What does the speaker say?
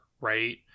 right